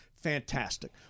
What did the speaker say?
fantastic